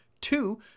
Two